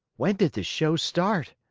when did the show start?